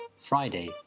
Friday